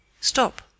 Stop